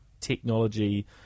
technology